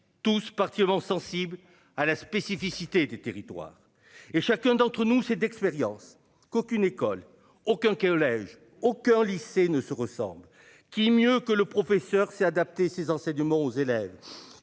tous partir sensible à la spécificité des territoires et chacun d'entre nous sait d'expérience qu'aucune école aucun collège. Aucun lycée ne se ressemblent. Qui mieux que le professeur c'est adapté ses enseignements aux élèves.